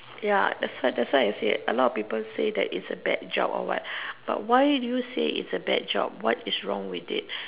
ya that's why that's why I say a lot of people say that it's a bad job or what but why do you say it's a bad job what is wrong with it